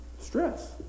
stress